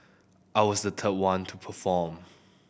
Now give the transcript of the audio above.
I was the third one to perform